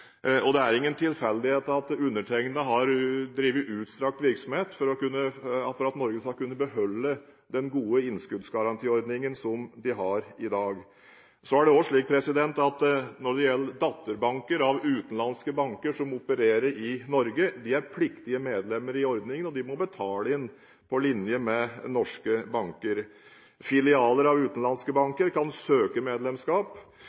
og det er ingen tilfeldighet at undertegnede har drevet utstrakt virksomhet for at Norge skal kunne beholde den gode innskuddsgarantiordningen som vi har i dag. Når det gjelder datterbanker av utenlandske banker som opererer i Norge, er disse pliktige medlemmer i ordningen, og de må betale inn på linje med norske banker. Filialer av utenlandske banker kan søke medlemskap;